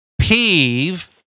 peeve